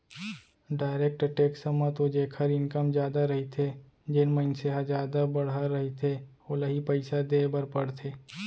direct tax म तो जेखर इनकम जादा रहिथे जेन मनसे ह जादा बड़हर रहिथे ओला ही पइसा देय बर परथे